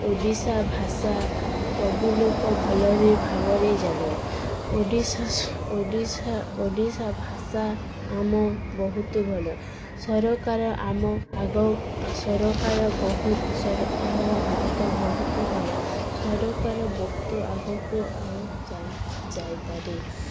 ଓଡ଼ିଶା ଭାଷା ସବୁ ଲୋକ ଭଲରେ ଭାବରେ ଜାଣ ଓଡ଼ିଶା ଓଡ଼ିଶା ଓଡ଼ିଶା ଭାଷା ଆମ ବହୁତ ଭଲ ସରକାର ଆମ ଆଗ ସରକାର ବହୁତ ଆମ ଭାରତ ବହୁତ ଭଲ ସରକାର ବହୁତ ଆଗକୁ ଆଉ ଯାଇ ଯାଇପାରେ